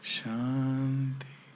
Shanti